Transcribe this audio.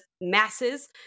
masses